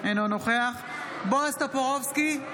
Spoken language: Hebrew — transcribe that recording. אינו נוכח בועז טופורובסקי,